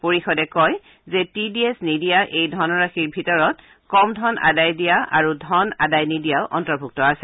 পৰিষদে কয় যে টি ডি এছ নিদিয়া এই ধনৰাশিৰ ভিতৰত কম ধন আদায় দিয়া আৰু ধন আদায় নিদিয়া অন্তৰ্ভূক্ত আছে